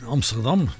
Amsterdam